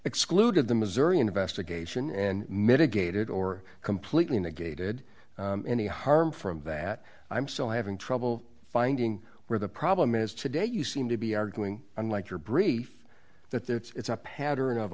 excluded the missouri investigation and mitigated or completely negated any harm from that i'm still having trouble finding where the problem is today you seem to be arguing unlike your brief that there it's a pattern of